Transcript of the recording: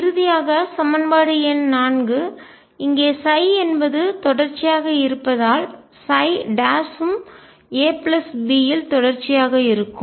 இறுதியாக சமன்பாடு எண் 4 இங்கே என்பது தொடர்ச்சியாக இருப்பதால் ψம் a b இல் தொடர்ச்சியாக இருக்கும்